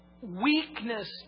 weakness